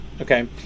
Okay